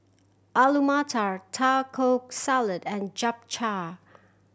Alu Matar Taco Salad and Japchae